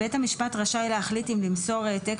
בית המשפט רשאי להחליט אם למסור העתק